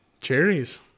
Cherries